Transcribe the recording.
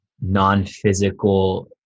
non-physical